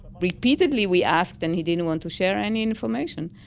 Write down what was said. repeatedly, we asked. and he didn't want to share any information.